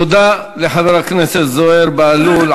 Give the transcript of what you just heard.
תודה לחבר הכנסת זוהיר בהלול.